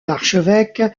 l’archevêque